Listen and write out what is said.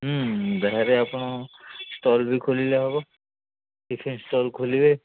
ହୁଁ ବାହାରେ ଆପଣ ଷ୍ଟଲ ବି ଖୋଲିଲେ ହବ ଟିଫିନ୍ ଷ୍ଟଲ ଖୋଲିବେ